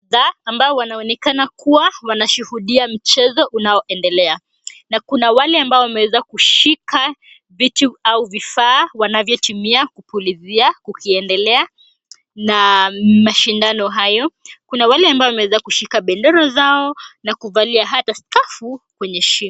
Ambao wanaonekana kuwa wanashuhudia mchezo unaoendelea. Na kuna wale ambao wameweza kushika vitu au vifaa wanavyotumia kupulizia kukiendelea na mashindano hayo. Kuna wale ambao wameweza kushika bendera zao na kuvalia hata skafu kwenye shingo.